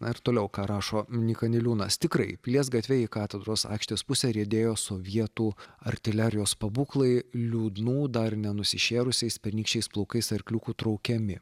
na ir toliau ką rašo nyka niliūnas tikrai pilies gatve į katedros aikštės pusę riedėjo sovietų artilerijos pabūklai liūdnų dar ne nusišėrusiais pernykščiais plaukais arkliukų traukiami